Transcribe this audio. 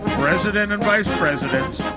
president, and vice presidents,